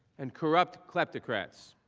and corrupt corrupt democrats.